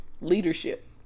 leadership